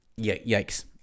yikes